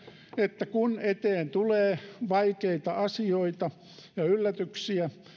että kun eteen tulee vaikeita asioita ja yllätyksiä